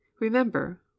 Remember